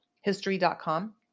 history.com